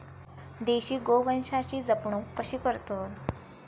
देशी गोवंशाची जपणूक कशी करतत?